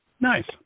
Nice